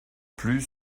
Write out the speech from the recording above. plus